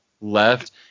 left